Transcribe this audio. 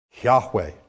Yahweh